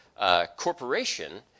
corporation